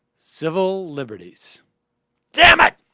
civil liberties yeah um and